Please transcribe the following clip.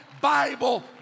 Bible